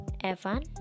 Evan